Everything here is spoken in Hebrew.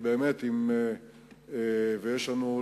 יש לנו,